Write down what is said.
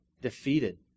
defeated